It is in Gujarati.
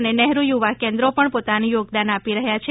અને નહેરુ યુવાકેન્દ્રો પણ પોતાનું યોગદાન આપી રહ્યા છે